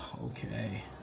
okay